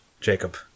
Jacob